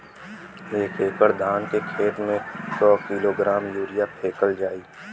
एक एकड़ धान के खेत में क किलोग्राम यूरिया फैकल जाई?